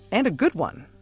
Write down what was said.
and a good one.